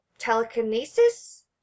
telekinesis